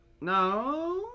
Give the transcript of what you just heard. no